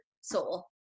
soul